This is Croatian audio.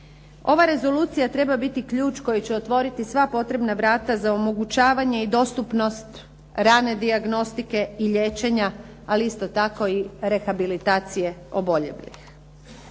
Ova rezolucija treba biti ključ koji će otvoriti sva potrebna vrata za omogućavanje o dostupnost rane dijagnostike i liječenja ali isto tako i rehabilitacije oboljelih.